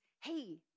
hey